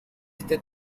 este